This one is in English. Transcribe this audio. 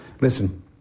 Listen